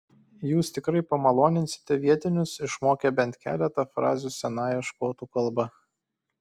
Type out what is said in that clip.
jūs tikrai pamaloninsite vietinius išmokę bent keletą frazių senąją škotų kalba